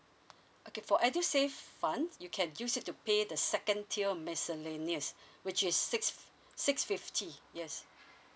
okay for edusave fund you can use it to pay the second tier miscellaneous which is six six fifty yes